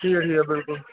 ठीक ऐ ठीक ऐ कोई निं